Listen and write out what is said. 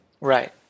right